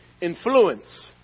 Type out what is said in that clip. influence